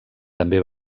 també